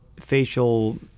facial